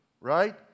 right